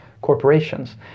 corporations